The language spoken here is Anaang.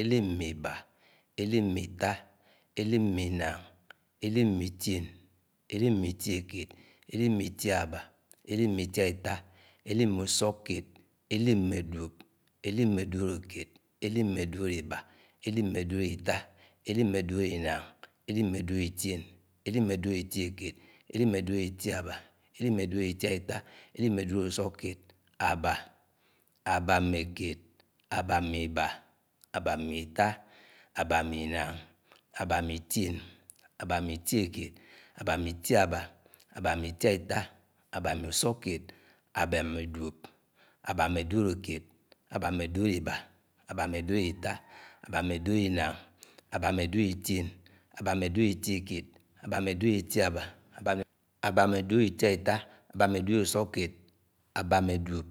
èlíp-méibá, elíp-mé-ìtá, elíp-me-inang, elíp-me-ìtión, elíp-me-itiokéed, elip-me-itiàbá, elíp-me-itíatá, elip-me-usukkeed, elíp-me-duop, elip-mé-duólókéed, elíp-mé-duólóiba, elip-mé-duólóità, elip-mé-duólóinàng, elip-mé-duólóitión, elip-mé-duólóitiokéed, elip-mé-duólóitiàbà, elip-mé-duólóitiáitá, elip-me-duólóúsúkkéed, abáa, abáa-mé-kéed, abáa-mé-ìbá, abáa-mé-ìtà, abáa-mé-ìnáng, abáa-me-ìtíón, abáa-mé-itiokéed, abáa-mé-itià'bá, abáa-mé-itiaita, abáa-mé-ùsùakeed, abáa-mé-duóp, abáa-mé-duólokeed, abáa-mé-duólóibá, abáa-mé-duólóitá, abáa-mé-duólóináng, abáa-mé-duólóitión, abáa-mé-duólóitiókéed, abáa-mé-duólóitiaba, abáa-mé-duólóitiaitá, abáa-mé-duólóúsúkkéed, abáa-mé-duóp